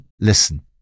listen